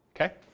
okay